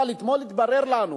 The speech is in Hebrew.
אתמול התברר לנו